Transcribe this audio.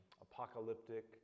apocalyptic